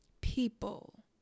people